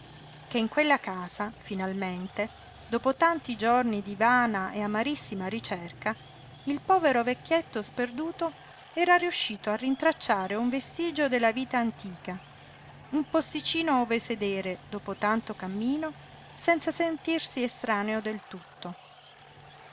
che in quella casa finalmente dopo tanti giorni di vana e amarissima ricerca il povero vecchietto sperduto era riuscito a rintracciare un vestigio della vita antica un posticino ove sedere dopo tanto cammino senza sentirsi estraneo del tutto